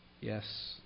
Yes